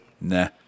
Nah